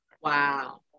Wow